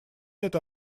это